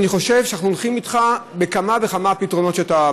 אני חושב שאנחנו הולכים אתך בכמה וכמה פתרונות שאתה,